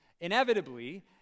Inevitably